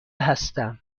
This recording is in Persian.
هستم